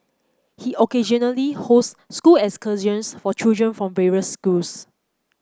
he occasionally hosts school excursions for children from various schools